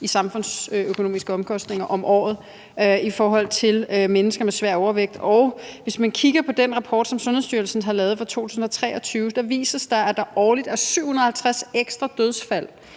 i samfundsøkonomiske omkostninger om året i forhold til mennesker med svær overvægt. Og hvis man kigger på den rapport, som Sundhedsstyrelsen har lavet for 2023, viser den, at der årligt er 750 ekstra dødsfald,